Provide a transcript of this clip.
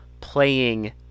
playing